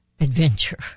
adventure